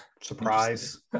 surprise